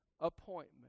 appointment